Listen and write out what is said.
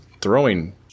throwing